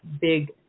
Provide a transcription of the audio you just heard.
big